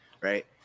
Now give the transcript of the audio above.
right